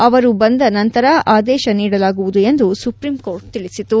ಅವರು ಬಂದ ನಂತರ ಆದೇಶ ನೀಡಲಾಗುವುದು ಎಂದು ಸುಪ್ರೀಂಕೋರ್ಟ್ ತಿಳಿಸಿತು